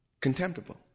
contemptible